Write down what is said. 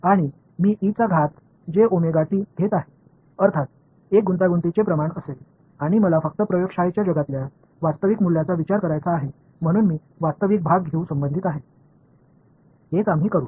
आणि मी e चा घात जे ओमेगा टी घेत आहे अर्थात एक गुंतागुंतीचे प्रमाण असेल आणि मला फक्त प्रयोगशाळेच्या जगातल्या वास्तविक मूल्यांचा विचार करायचा आहे म्हणून मी वास्तविक भाग घेऊ संबंधित आहे हेच आम्ही करू